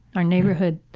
our neighborhood,